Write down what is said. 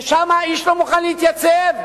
ושם איש לא מוכן להתייצב.